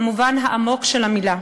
במובן העמוק של המילה.